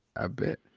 i bet.